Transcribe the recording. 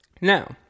Now